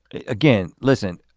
again, listen.